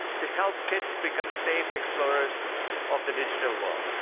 to help kids become safe explorers of the digital world.